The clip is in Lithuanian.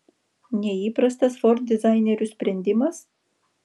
neįprastas ford dizainerių sprendimas